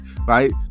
right